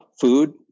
Food